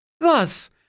Thus